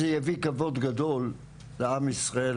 שזה יביא כבוד גדול לעם ישראל,